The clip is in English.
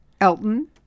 Elton